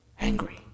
angry